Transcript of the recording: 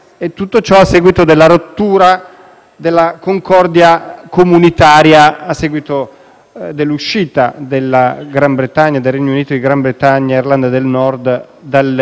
della concordia comunitaria scaturita dall'uscita del Regno Unito di Gran Bretagna e Irlanda del Nord dal sistema dell'Unione europea.